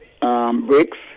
bricks